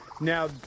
Now